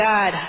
God